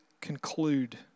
conclude